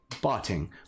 botting